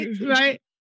right